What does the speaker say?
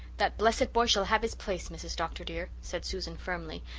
that blessed boy shall have his place, mrs. dr. dear, said susan firmly,